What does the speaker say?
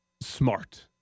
smart